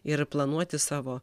ir planuoti savo